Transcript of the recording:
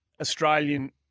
Australian